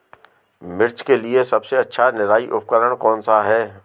मिर्च के लिए सबसे अच्छा निराई उपकरण कौनसा है?